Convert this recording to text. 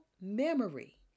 memory